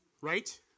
right